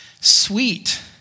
Sweet